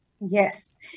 Yes